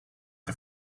the